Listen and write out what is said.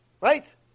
right